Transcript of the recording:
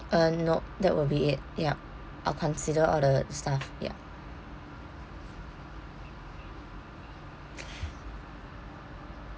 uh no that will be it yup I'll consider all the stuff ya